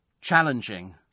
challenging